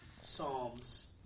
Psalms